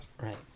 Right